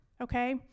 okay